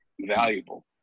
valuable